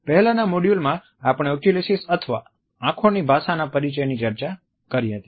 પહેલાનાં મોડ્યુલમાં આપણે ઓકયુલેસિક્સ અથવા આંખોની ભાષાના પરિચયની ચર્ચા કરી હતી